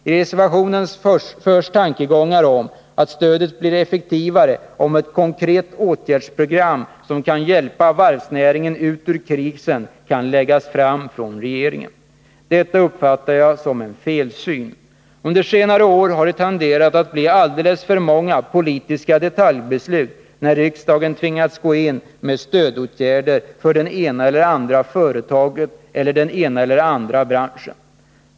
I reservationen förs tankegångar om att stödet blir effektivare, om ett konkret åtgärdsprogram som kan hjälpa varvsnäringen ut ur krisen kan läggas fram från regeringen. Detta uppfattar jag som en felsyn. Under senare år har det tenderat att bli alldeles för många politiska detaljbeslut, när riksdagen tvingats gå in med stödåtgärder för det ena eller andra företaget eller den ena eller andra branschen.